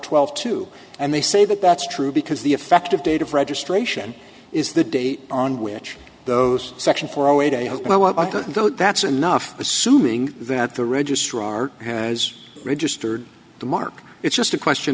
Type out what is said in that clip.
twelve two and they say that that's true because the effective date of registration is the date on which those section for oh a day when i want to go that's enough assuming that the registrar has registered the mark it's just a question